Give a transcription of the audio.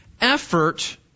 effort